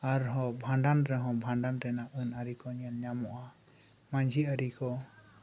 ᱟᱨᱦᱚᱸ ᱵᱷᱟᱰᱟᱱ ᱨᱮᱦᱚᱸ ᱵᱷᱟᱸᱰᱟᱱ ᱨᱮᱱᱟᱜ ᱟᱹᱱ ᱟᱹᱨᱤᱠᱩ ᱧᱮᱞ ᱧᱟᱢᱚᱜᱼᱟ ᱢᱟᱹᱡᱷᱤ ᱟᱹᱨᱤᱠᱩ